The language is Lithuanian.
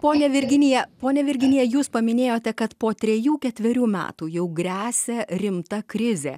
ponia virginija ponia virginija jūs paminėjote kad po trejų ketverių metų jau gresia rimta krizė